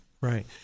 right